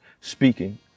speaking